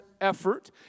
effort